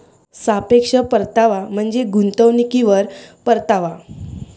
सापेक्ष परतावा म्हणजे गुंतवणुकीवर परतावा